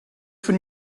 for